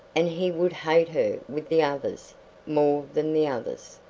and he would hate her with the others more than the others.